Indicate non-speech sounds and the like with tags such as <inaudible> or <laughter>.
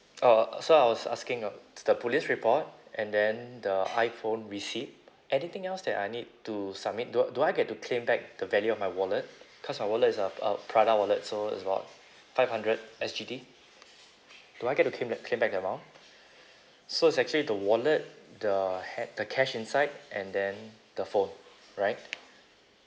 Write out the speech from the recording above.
<noise> uh so I was asking uh the police report and then the iphone receipt anything else that I need to submit do do I get to claim back the value of my wallet cause my wallet is a a prada wallet so it's about five hundred S_G_D do I get to claim that claim back that amount so it's actually the wallet the ha~ the cash inside and then the phone right